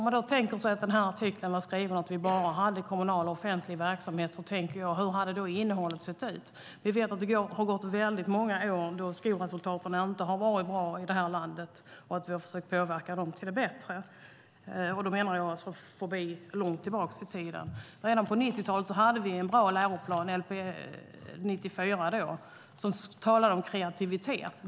Herr talman! Om den här artikeln hade varit skriven när vi bara hade kommunal och offentlig verksamhet, hur hade innehållet då sett ut? Vi vet att skolresultaten under väldigt många år inte har varit bra i det här landet och att vi har försökt påverka dem till det bättre. Då menar jag långt tillbaka i tiden. Redan på 90-talet hade vi en bra läroplan, Lp 94, som talade om kreativitet.